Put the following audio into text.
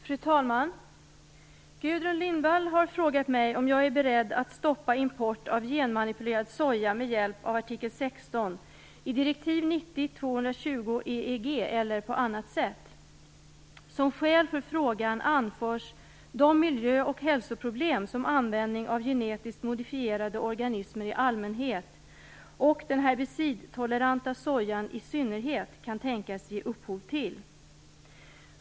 Fru talman! Gudrun Lindvall har frågat mig om jag är beredd att stoppa import av genmanipulerad soja med hjälp av artikel 16 i direktiv 90 EEG eller på annat sätt. Som skäl för frågan anförs de miljö och hälsoproblem som användning av genetiskt modifierade organismer i allmänhet och den herbicidtoleranta sojan i synnerhet kan tänkas ge upphov till.